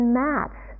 match